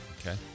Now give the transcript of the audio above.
Okay